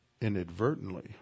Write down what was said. inadvertently